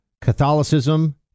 Catholicism